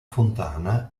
fontana